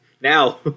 Now